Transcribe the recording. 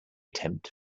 tempt